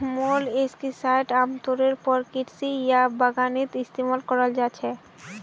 molluscicides आमतौरेर पर कृषि या बागवानीत इस्तमाल कराल जा छेक